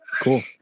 cool